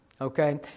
Okay